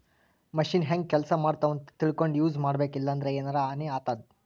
machine ಹೆಂಗ್ ಕೆಲಸ ಮಾಡ್ತಾವ್ ಅಂತ್ ತಿಳ್ಕೊಂಡ್ ಯೂಸ್ ಮಾಡ್ಬೇಕ್ ಇಲ್ಲಂದ್ರ ಎನರೆ ಹಾನಿ ಆತದ್